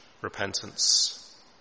repentance